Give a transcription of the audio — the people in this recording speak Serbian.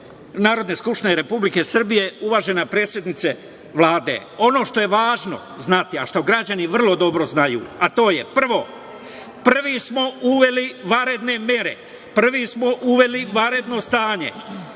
Narodne skupštine Republike Srbije, uvažena predsednice Vlade, ono što je važno znati, a što građani vrlo dobro znaju, a to je: prvo, prvi smo uveli vanredne mere, prvi smo uveli vanredno stanje,